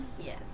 Yes